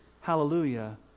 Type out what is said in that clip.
Hallelujah